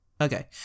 Okay